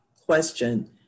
question